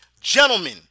gentlemen